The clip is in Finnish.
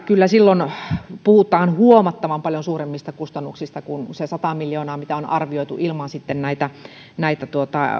kyllä silloin puhutaan huomattavan paljon suuremmista kustannuksista kuin se sata miljoonaa mitä on arvioitu ilman näitä näitä